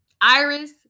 Iris